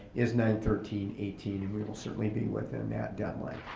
is nine thirteen eighteen and we will certainly be within that deadline.